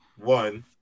one